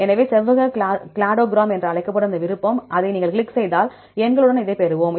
எனவே செவ்வக கிளாடோகிராம் என்று அழைக்கப்படும் அந்த விருப்பம் நீங்கள் அதைக் கிளிக் செய்தால் எண்களுடன் இதைப் பெறுவோம்